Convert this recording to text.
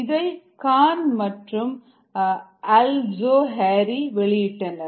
இதை கான் மற்றும் அல்சோஹரி வெளியிட்டனர்